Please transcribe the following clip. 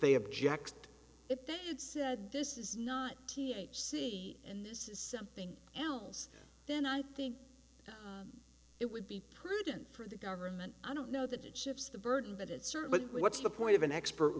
they object if they said this is not c and this is something else then i think it would be prudent for the government i don't know that it shifts the burden but it certainly what's the point of an expert